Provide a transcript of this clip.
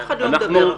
אף אחד לא מדבר עכשיו.